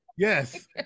Yes